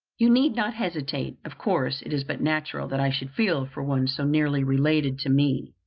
you need not hesitate. of course, it is but natural that i should feel for one so nearly related to me,